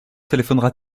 téléphonera